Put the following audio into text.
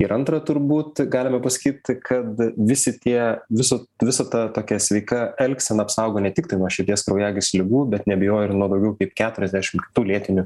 ir antra turbūt galime pasakyti kad visi tie viso visa ta tokia sveika elgsena apsaugo ne tiktai nuo širdies kraujagyslių ligų bet neabejoju ir nuo daugiau kaip keturiasdešim kitų lėtinių